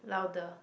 louder